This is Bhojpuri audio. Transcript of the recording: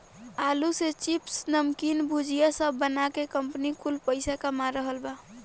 आलू से चिप्स, नमकीन, भुजिया सब बना के कंपनी कुल पईसा कमा रहल बा